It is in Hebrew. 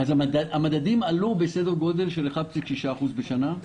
המדדים עלו בסדר גודל של 1.6% בשנה,